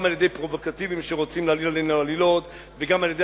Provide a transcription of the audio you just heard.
גם על-ידי פרובוקטורים שרוצים להעליל עלינו עלילות וגם על-ידי